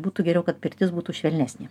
būtų geriau kad pirtis būtų švelnesnė